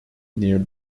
near